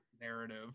narrative